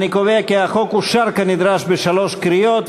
אני קובע כי החוק אושר כנדרש בשלוש קריאות.